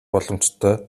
боломжтой